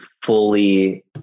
fully